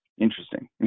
Interesting